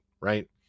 right